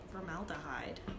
formaldehyde